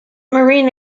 marine